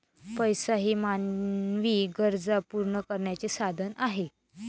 पैसा हे मानवी गरजा पूर्ण करण्याचे साधन आहे